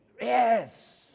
yes